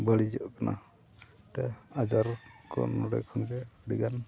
ᱵᱟᱹᱲᱤᱡᱚᱜ ᱠᱟᱱᱟ ᱟᱡᱟᱨ ᱠᱷᱚᱱ ᱱᱚᱸᱰᱮ ᱠᱷᱚᱱᱜᱮ ᱟᱹᱰᱤᱜᱟᱱ